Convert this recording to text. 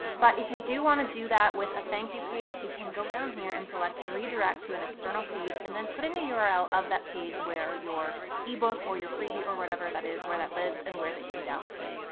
but if you do want to do that with a thank you page, you can go down here and select redirect to an external page, and then put in the url of that page where your ebook or your freebie or whatever that is, where that lives and where they can download it.